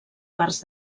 parts